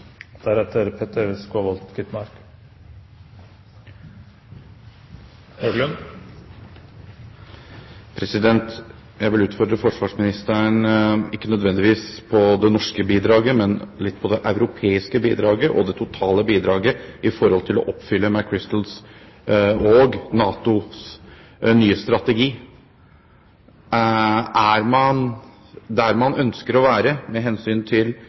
Jeg vil utfordre forsvarsministeren, ikke nødvendigvis på det norske bidraget, men litt på det europeiske bidraget og det totale bidraget for å oppfylle McChrystals og NATOs nye strategi. Er man der man ønsker å være med hensyn